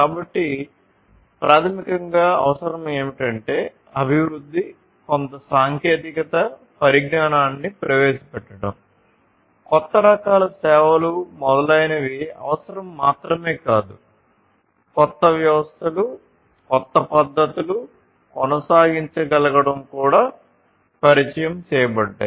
కాబట్టి ప్రాథమికంగా అవసరం ఏమిటంటే అభివృద్ధి కొత్త సాంకేతిక పరిజ్ఞానాన్ని ప్రవేశపెట్టడం కొత్త రకాల సేవలు మొదలైనవి అవసరం మాత్రమే కాదు కొత్త వ్యవస్థలు కొత్త పద్దతులు కొత్త పద్ధతులు కొనసాగించగలగడం కూడా పరిచయం చేయబడ్డాయి